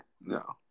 No